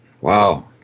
wow